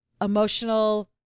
emotional